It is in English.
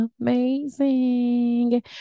amazing